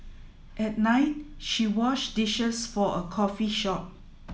at night she washed dishes for a coffee shop